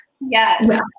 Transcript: Yes